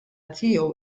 tiegħu